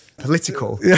political